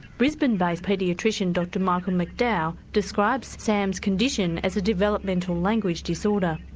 brisbane based paediatrician dr michael mcdowell describes sam's condition as a developmental language disorder.